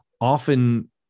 often